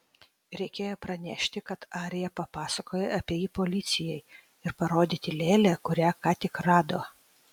reikėjo pranešti kad arija papasakojo apie jį policijai ir parodyti lėlę kurią ką tik rado